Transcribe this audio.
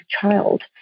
child